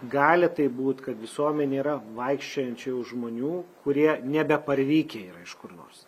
gali taip būt kad visuomenėj yra vaikščiojančių žmonių kurie nebeparvykę iš kur nors